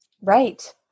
right